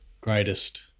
greatest –